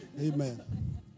Amen